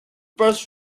first